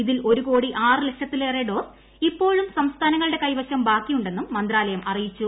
ഇതിൽ ഒരു കോടി ആറ് ലക്ഷത്തിലേറെ ഡോസ് ഇപ്പോഴും സംസ്ഥാനങ്ങളുടെ കൈവശം ബാക്കിയുണ്ടെന്നും മന്ത്രാലയം അറിയിച്ചു